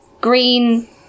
Green